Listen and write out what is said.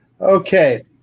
okay